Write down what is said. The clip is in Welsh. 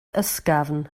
ysgafn